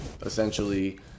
essentially